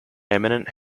eminent